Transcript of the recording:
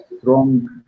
strong